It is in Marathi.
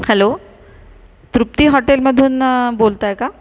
हॅलो तृप्ती हॉटेलमधून बोलत आहे का